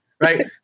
right